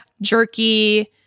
Jerky